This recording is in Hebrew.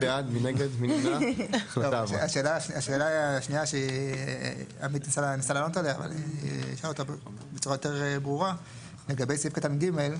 השאלה השנייה היא לגבי סעיף קטן (ג),